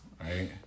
right